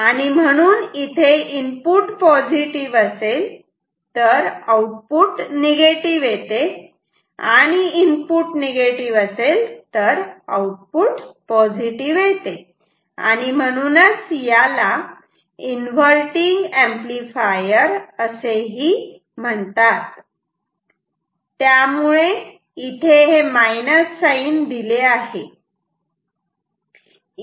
आणि म्हणून इथे इनपुट पॉझिटिव्ह असेल तर आउटपुट निगेटिव्ह आणि इनपुट निगेटिव्ह असेल तर आउटपुट पॉझिटिव्ह येते आणि म्हणून याला इन्वर्तींग अंपलिफायर असेही म्हणतात त्यामुळे इथे हे मायनस साईन दिले आहे